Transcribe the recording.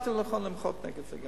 מצאתי לנכון למחות נגד זה.